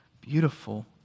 beautiful